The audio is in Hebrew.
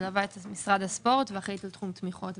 מלווה את משרד הספורט ואחראית על תחום תמיכות.